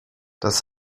das